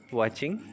watching